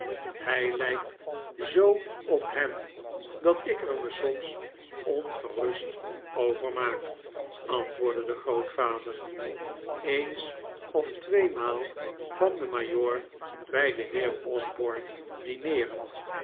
hij lijkt zoo op hem dat ik er me soms ongerust overmaak antwoordde de grootvade r eens of tweemaal kwam de majoor bij den heer osborne dineeren